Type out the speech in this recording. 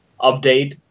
update